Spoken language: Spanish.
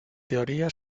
teoría